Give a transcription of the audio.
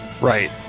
Right